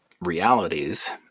realities